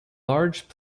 large